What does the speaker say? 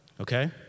okay